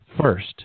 first